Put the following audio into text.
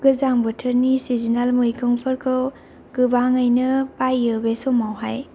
गोजां बोथोरनि चिजोनेल मैगंफोरखौ गोबाङैनो बायो बे समाव हाय